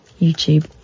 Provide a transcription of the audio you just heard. YouTube